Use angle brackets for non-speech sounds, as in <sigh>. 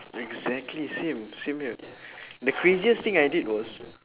exactly same same here <breath> the craziest thing I did was